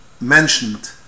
mentioned